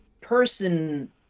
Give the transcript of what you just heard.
person